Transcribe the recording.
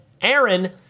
Aaron